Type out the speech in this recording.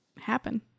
happen